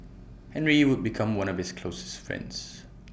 Henry would become one of his closest friends